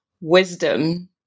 wisdom